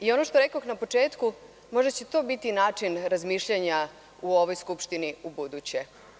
Kao što rekoh na početku, možda će to biti način razmišljanja u ovoj Skupštini ubuduće.